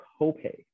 copay